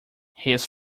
his